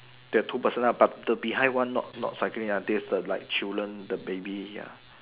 the two person lah but the behind one not not cycling lah there's like children the baby ya